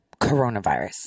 coronavirus